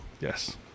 yes